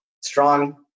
strong